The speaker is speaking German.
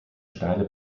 steile